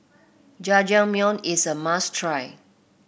jajangmyeon is a must try